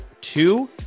two